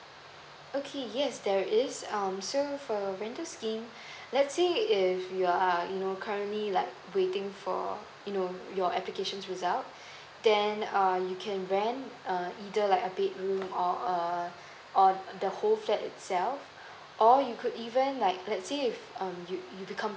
okay yes there is um so for rental scheme let's say if you are you know currently like waiting for you know um your applications result then uh you can rent um either like a big room or uh or the whole flat itself or you could even like let's say if um you become